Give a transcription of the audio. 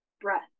breath